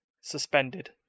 suspended